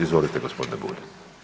Izvolite gospodine Bulj.